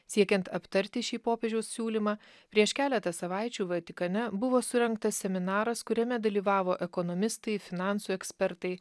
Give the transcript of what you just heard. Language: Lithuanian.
siekiant aptarti šį popiežiaus siūlymą prieš keletą savaičių vatikane buvo surengtas seminaras kuriame dalyvavo ekonomistai finansų ekspertai